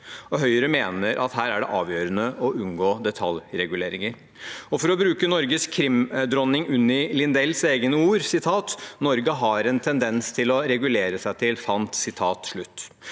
Høyre mener at her er det avgjørende å unngå detaljreguleringer. For å bruke Norges krimdronning Unni Lindells egne ord: «Norge har en tendens til å regulere seg til fant.»